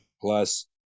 plus